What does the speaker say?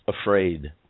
afraid